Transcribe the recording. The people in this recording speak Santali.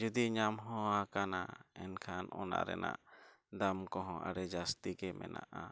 ᱡᱩᱫᱤ ᱧᱟᱢ ᱦᱚᱸ ᱟᱠᱟᱱᱟ ᱢᱮᱱᱠᱷᱟᱱ ᱚᱱᱟ ᱨᱮᱱᱟᱜ ᱫᱟᱢ ᱠᱚᱦᱚᱸ ᱟᱹᱰᱤ ᱡᱟᱹᱥᱛᱤ ᱢᱮᱱᱟᱜᱼᱟ